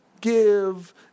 give